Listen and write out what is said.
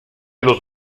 los